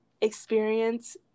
experience